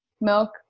milk